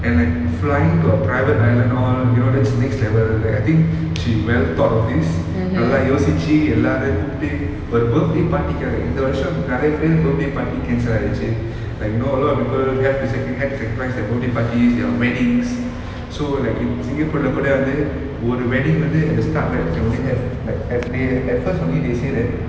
and like flying to a private island all you know that's next level like I think she well thought of this நல்லா யோசிச்சு எல்லாரையும் கூப்டு:namma yosichu ellaraium kooptu but birthday party காக இந்த வருஷம் நிறைய பேரு:kaga intha varusham niraiya peru birthday party cancel ஆகிருச்சு:agiruchu like you know a lot of people have to sacri~ had to sacrifice their birthday parties their weddings so like Singapore ல கூட வந்து ஒரு:singapore la kooda vanthu oru wedding வந்து:vanthu at the start right can only have like at they at first only they say that